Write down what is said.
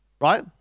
right